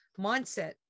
Mindset